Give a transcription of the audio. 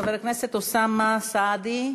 חבר הכנסת אוסאמה סעדי.